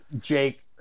Jake